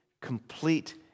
complete